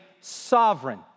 sovereign